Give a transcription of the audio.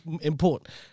important